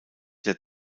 der